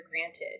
granted